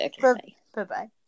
Bye-bye